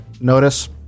notice